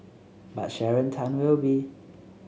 but Sharon Tan will be